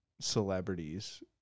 celebrities